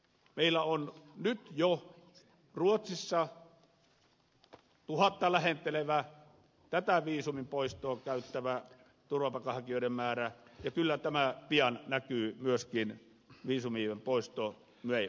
meillä on niin joo se nyt jo ruotsissa tätä viisumin poistoa hyväksikäyttävä turvapaikanhakijoiden määrä lähentelee tuhatta ja kyllä tämä viisumien poisto pian näkyy myöskin meillä